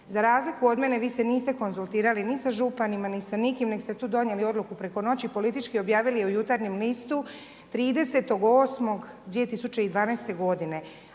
za razliku od mene vi se niste konzultirali ni sa županima ni sa nikim, nego ste tu donijeli tu odluku preko noći, politički objavili u Jutarnjem listu 30 8. 2012. godine,